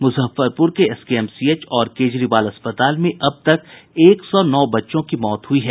मुजफ्फरपुर के एसकेएमसीएच और केजरीवाल अस्पताल में अब तक एक सौ नौ बच्चों की मौत हुई है